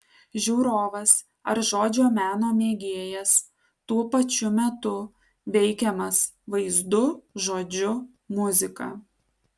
žiūrovas ar žodžio meno mėgėjas tuo pačiu metu veikiamas vaizdu žodžiu muzika